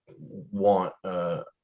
want